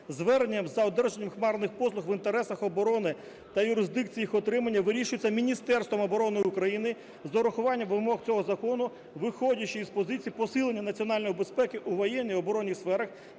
зверненням за одержанням хмарних послуг в інтересах оборони та юрисдикції їх отримання, вирішується Міністерством оборони України з урахуванням вимог цього закону, виходячи з позицій посилення національної безпеки у воєнній і оборонній сферах